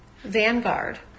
Vanguard